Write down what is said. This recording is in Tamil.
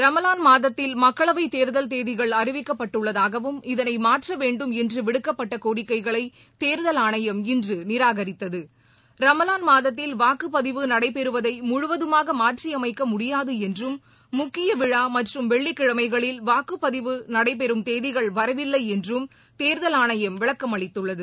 ரமலாள் மாதத்தில் மக்களவைத் தேர்தல் தேதிகள் அறிவிக்கப்பட்டுள்ளதாகவும் இதனை மாற்ற வேண்டும் என்று விடுக்கப்பட்ட கோரிக்கைகளை தேர்தல் ஆணையம் இன்று நிராகரித்தது ரமலான் மாதத்தில் வாக்குப் பதிவு நடைபெறுவதை முழுவதுமாக மாற்றியமைக்க முடியாது என்றும் முக்கிய விழா மற்றும் வெள்ளிக்கிழமைகளில் வாக்குப் பதிவு நடைபெறும் தேதிகள் வரவில்லை என்றும் தேர்தல் ஆணையம் விளக்கம் அளித்துள்ளது